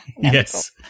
yes